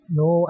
no